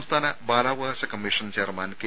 സംസ്ഥാന ബാലാവകാശ commission chairman K